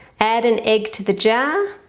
add an egg to the jar